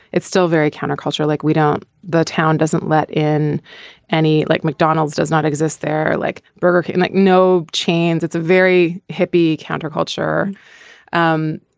it's still very counterculture like we don't. the town doesn't let in any like mcdonald's does not exist they're like burger king and like no chains it's a very hippie counterculture and